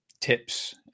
tips